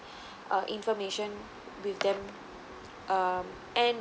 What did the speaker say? uh information with them um and